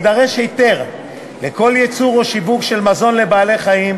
יידרש היתר לכל ייצור או שיווק של מזון לבעלי-חיים.